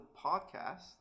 podcast